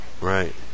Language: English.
Right